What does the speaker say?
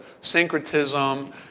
syncretism